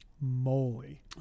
moly